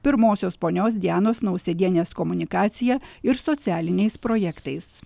pirmosios ponios dianos nausėdienės komunikacija ir socialiniais projektais